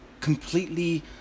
completely